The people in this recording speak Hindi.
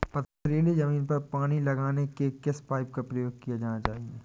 पथरीली ज़मीन पर पानी लगाने के किस पाइप का प्रयोग किया जाना चाहिए?